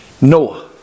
Noah